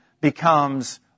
becomes